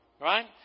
right